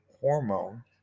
hormone